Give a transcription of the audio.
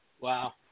Wow